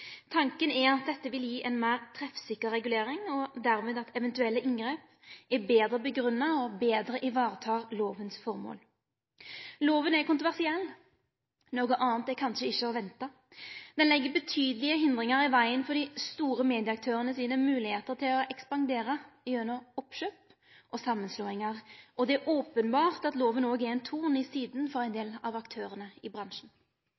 Tanken er at dette vil gje ei meir treffsikker regulering, og dermed at eventuelle inngrep er betre grunngjevne og betre varetek formålet til loven. Loven er kontroversiell – noko anna er kanskje ikkje å vente. Han legg svære hindringar i vegen for dei moglegheitene dei store medieaktørane har til å ekspandere gjennom oppkjøp og samanslåingar. Det er openbert at loven er ein torn i sida for ein del av aktørane i bransjen.